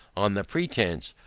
on the pretence,